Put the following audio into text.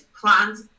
plans